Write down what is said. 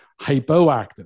hypoactive